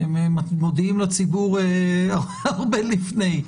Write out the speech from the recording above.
אתם מודיעים לציבור הרבה לפני,